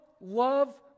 love